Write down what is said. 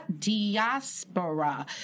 diaspora